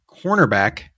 cornerback